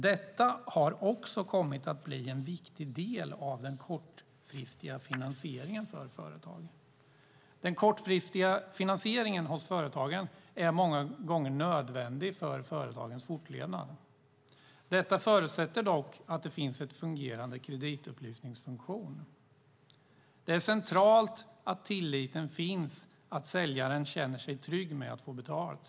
Detta har också kommit att bli en viktig del av den kortfristiga finansieringen för företagen. Den kortfristiga finansieringen hos företagen är många gånger nödvändig för företagens fortlevnad. Detta förutsätter dock att det finns en fungerande kreditupplysningsfunktion. Det är centralt att tilliten finns och att säljare känner sig trygga med att få betalt.